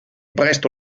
presto